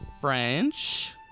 French